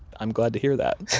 i'm glad to hear that.